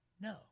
No